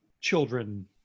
children